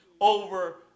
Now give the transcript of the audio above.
over